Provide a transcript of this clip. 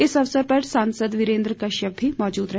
इस अवसर पर सांसद वीरेंद्र कश्यप भी मौजूद रहे